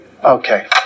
Okay